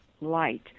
light